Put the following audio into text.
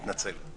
מתנצל.